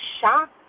shock